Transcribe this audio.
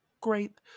great